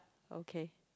okay